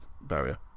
barrier